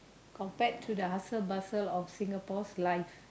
compared to the hustle bustle of Singapore's life